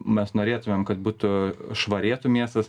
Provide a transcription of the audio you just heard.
mes norėtumėm kad būtų švarėtų miestas